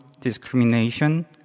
discrimination